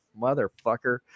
motherfucker